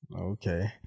Okay